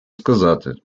сказати